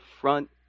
front